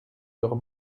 leurs